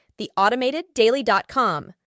theautomateddaily.com